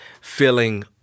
feeling